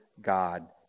God